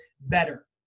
better